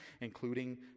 including